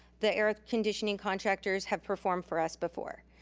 the air conditioning contractors have performed for us before.